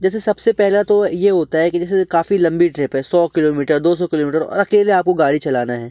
जैसे सबसे पहला तो ये होता है कि जैसे काफ़ी लंबी ट्रिप है सौ किलोमीटर दो सौ किलोमीटर और अकेले आपको गाड़ी चलाना है